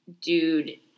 dude